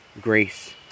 grace